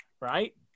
right